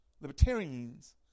libertarians